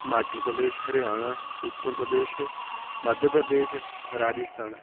Himachal Pradesh Haryana Uttar Pradesh Madhya Pradesh Rajasthan